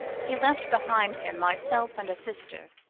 he left behind him myself and a sister,